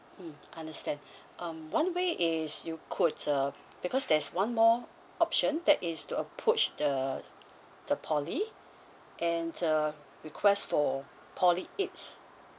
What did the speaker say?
mm understand um one way is you could uh because there's one more option that is to approach the the poly and uh request for poly aids